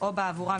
או בעבורם,